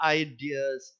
ideas